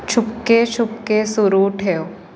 चुपके चुपके सुरू ठेव